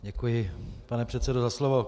Děkuji, pane předsedo, za slovo.